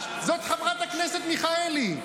זאת חברת הכנסת מיכאלי.